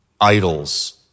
idols